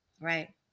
right